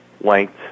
length